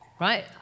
right